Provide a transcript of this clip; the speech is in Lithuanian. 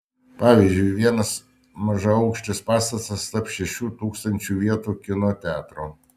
pavyzdžiui vienas mažaaukštis pastatas taps šešių tūkstančių vietų kino teatru